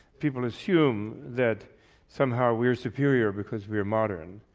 people assume that somehow we're superior because we are modern,